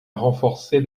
renforcer